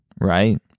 Right